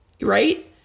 Right